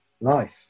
life